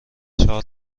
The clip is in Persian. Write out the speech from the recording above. چهار